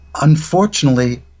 unfortunately